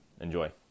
Enjoy